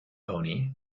pony